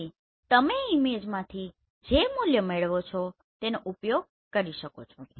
તેથી તમે ઈમેજમાંથી જે મૂલ્યો મેળવો તેનો ઉપયોગ કરી શકો છો